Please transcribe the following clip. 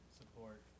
support